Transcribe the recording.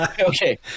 Okay